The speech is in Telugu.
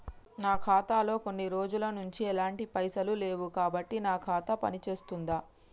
నా ఖాతా లో కొన్ని రోజుల నుంచి ఎలాంటి పైసలు లేవు కాబట్టి నా ఖాతా పని చేస్తుందా?